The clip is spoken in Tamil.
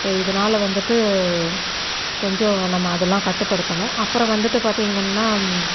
ஸோ இதனால வந்துட்டு கொஞ்சம் நம்ம அதெல்லாம் கட்டுப்படுத்தணும் அப்புறம் வந்துட்டு பார்த்திங்கன்னா